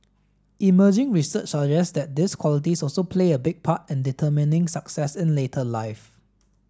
emerging research suggests that these qualities also play a big part in determining success in later life